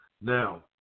Now